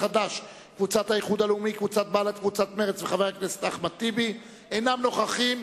קבוצת מרצ וחבר הכנסת אחמד טיבי, אינם נוכחים.